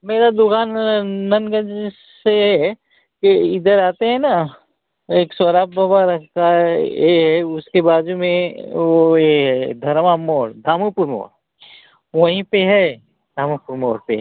मेरी दुकान नंदगंज से यह इधर आते हैं ना एक सोहराब बाबा का ए है उसके बाजू में वह यह है धरमा मोड़ धामुपुर मोड़ वहीं पर है धामुपुर मोड़ पर